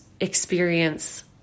experience